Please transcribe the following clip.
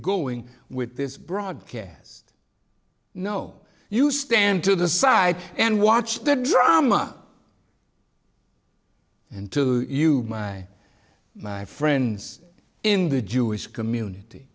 going with this broadcast no you stand to the side and watch the drama and to my my friends in the jewish community